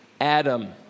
Adam